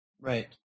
Right